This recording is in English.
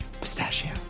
pistachio